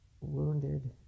wounded